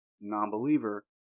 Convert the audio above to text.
non-believer